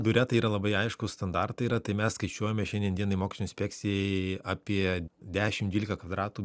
biure tai yra labai aiškūs standartai yra tai mes skaičiuojame šiandien dienai mokesčių inspekcijai apie dešim dvylika kvadratų